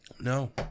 No